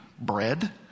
bread